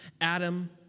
Adam